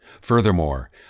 Furthermore